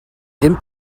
ddim